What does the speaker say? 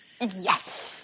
Yes